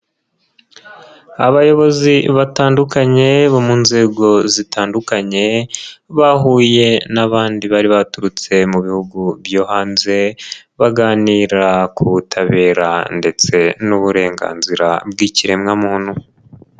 Abayobozi batandukanye bo mu nzego zitandukanye, bahuye n'abandi bari baturutse mu bihugu byo hanze, baganira ku butabera ndetse n'uburenganzira bw'ikiremwamuntu.